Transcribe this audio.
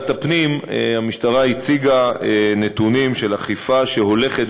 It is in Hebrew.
המשטרה הציגה בוועדת הפנים נתונים של אכיפה הולכת